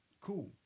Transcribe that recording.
Cool